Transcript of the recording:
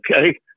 okay